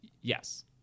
Yes